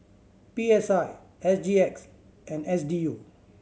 P S I S G X and S D U